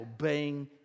obeying